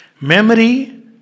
Memory